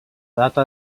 data